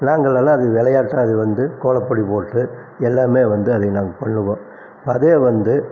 நாங்களெல்லாம் அதை விளையாட்டா அது வந்து கோலப் பொடி போட்டு எல்லாமே வந்து அதை நாங்க பண்ணுவோம் அதே வந்து